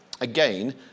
again